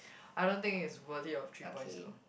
I don't think it's worth of three points though